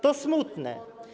To smutne.